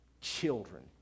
children